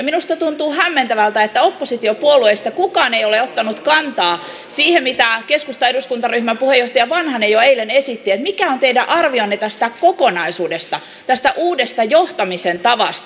minusta tuntuu hämmentävältä että oppositiopuolueista kukaan ei ole ottanut kantaa siihen mitä keskustan eduskuntaryhmän puheenjohtaja vanhanen jo eilen esitti mikä on teidän arvionne tästä kokonaisuudesta tästä uudesta johtamisen tavasta